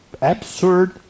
absurd